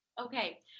Okay